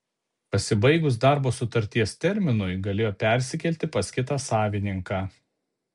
pasibaigus darbo sutarties terminui galėjo persikelti pas kitą savininką